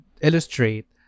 illustrate